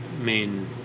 main